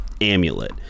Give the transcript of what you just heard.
amulet